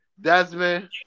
Desmond